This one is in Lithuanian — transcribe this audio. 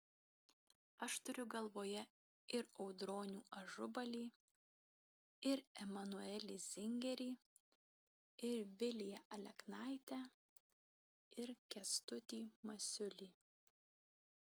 aš turiu galvoje ir audronių ažubalį ir emanuelį zingerį ir viliją aleknaitę ir kęstutį masiulį